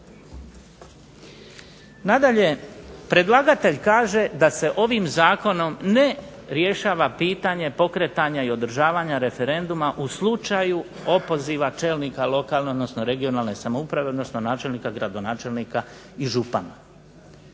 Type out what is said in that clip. Nadalje, predlagatelj kaže da se ovim zakonom ne rješava pitanje pokretanja i održavanja referenduma u slučaju opoziva čelnika lokalne, odnosno regionalne samouprave, odnosno načelnika, gradonačelnika i župana,